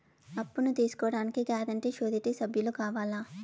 అప్పును తీసుకోడానికి guarantee, surety సభ్యులు కావాలా?